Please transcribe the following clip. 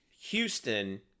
Houston